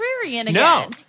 No